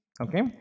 Okay